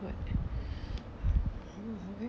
what